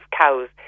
cows